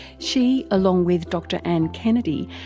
she, along with dr anne kennedy,